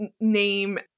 name